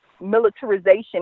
militarization